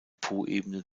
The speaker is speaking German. poebene